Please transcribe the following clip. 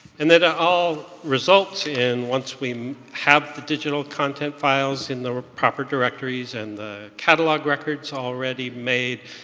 and then it all results in once we have the digital content files in the proper directories and the catalog records already made,